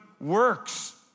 works